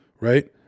right